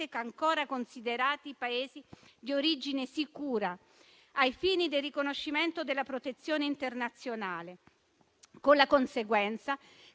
ancora considerati di origine sicura ai fini del riconoscimento della protezione internazionale, con la conseguenza che